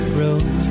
road